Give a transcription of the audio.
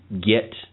get